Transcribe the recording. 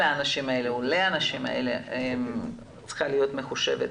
האנשים האלה או לאנשים האלה צריכה להיות מחושבת